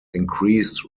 increased